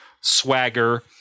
swagger